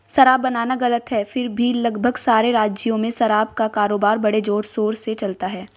शराब बनाना गलत है फिर भी लगभग सारे राज्यों में शराब का कारोबार बड़े जोरशोर से चलता है